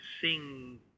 sing